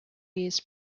used